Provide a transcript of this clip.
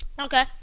Okay